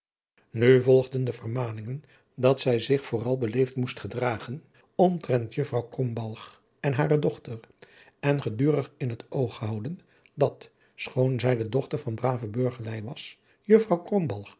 volgden de vermaningen dat zij zich vooral beleefd moest gedragen omtrent juffrouw krombalg en hare dochter en gedurig in het oog houden dat schoon zij de dochter van brave burgerluî was juffrouw